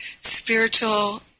spiritual